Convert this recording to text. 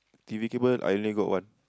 T_V cable I only got one